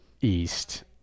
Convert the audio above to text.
East